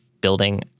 building